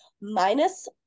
minus